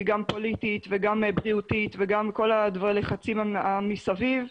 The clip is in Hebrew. גם פוליטית וגם בריאותית וגם כל הלחצים מסביב.